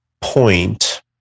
point